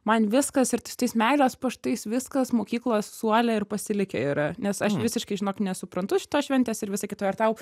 man viskas ir su tais meilės paštais viskas mokyklos suole ir pasilikę yra nes aš visiškai žinok nesuprantu šitos šventės ir visa kita ar tau